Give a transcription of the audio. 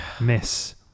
miss